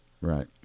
Right